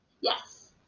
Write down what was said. yes